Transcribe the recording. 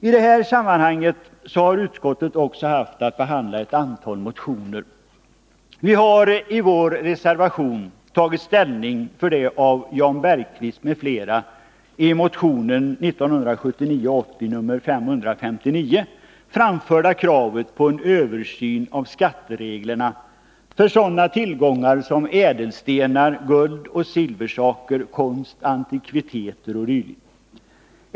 I det här sammanhanget har utskottet också haft att behandla ett antal motioner. Vi har i vår reservation tagit ställning för det av Jan Bergqvist m.fl. i motion 1979/80:559 framförda kravet på en översyn av skattereglerna för sådana tillgångar som ädelstenar, guld och silversaker, konst, antikviteter o. d.